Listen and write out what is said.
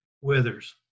withers